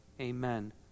amen